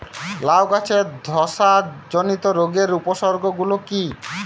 লাউ গাছের ধসা জনিত রোগের উপসর্গ গুলো কি কি?